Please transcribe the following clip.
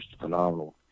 phenomenal